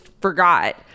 forgot